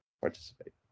participate